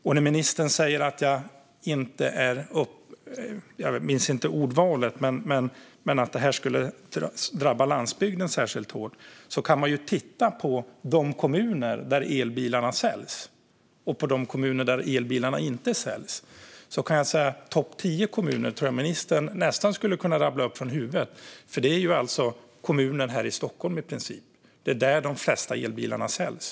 Sedan minns jag inte ordvalet, men ministern talade också om att detta inte skulle drabba landsbygden särskilt hårt. Då kan man titta på de kommuner där elbilarna säljs och de kommuner där elbilarna inte säljs. Topp 10-kommunerna tror jag att ministern nästan skulle kunna rabbla upp från huvudet, för det är i princip kommuner här Stockholm. Det är där de flesta elbilarna säljs.